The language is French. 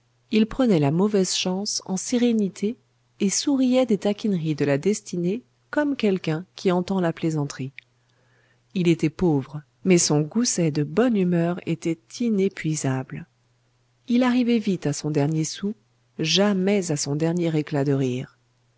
il prenait la mauvaise chance en sérénité et souriait des taquineries de la destinée comme quelqu'un qui entend la plaisanterie il était pauvre mais son gousset de bonne humeur était inépuisable il arrivait vite à son dernier sou jamais à son dernier éclat de rire